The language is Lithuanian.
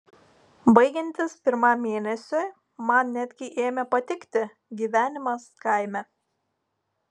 baigiantis pirmam mėnesiui man netgi ėmė patikti gyvenimas kaime